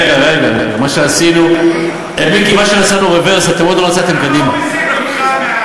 תגיד לי, למה לא עשיתם כל השנים משהו,